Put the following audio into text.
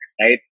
Right